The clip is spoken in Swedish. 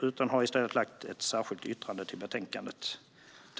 Vi har i stället lagt ett särskilt yttrande till betänkandet.